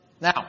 Now